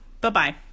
bye-bye